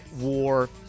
War